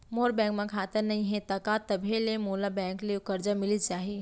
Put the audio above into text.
मोर bank म खाता नई हे त का तभो ले मोला बैंक ले करजा मिलिस जाही?